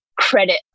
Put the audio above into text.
credit